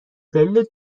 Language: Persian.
دلیل